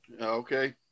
okay